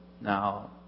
Now